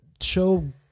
show